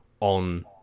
on